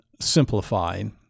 simplifying